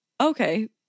Okay